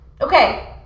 Okay